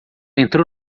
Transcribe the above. entrou